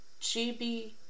GB